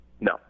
No